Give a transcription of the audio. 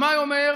שמאי אומר